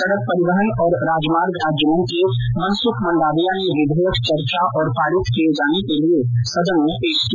सड़क परिवहन और राजमार्ग राज्य मंत्री मनसुख मंडाविया ने यह विधेयक चर्चा और पारित किए जाने के लिए सदन में पेश किया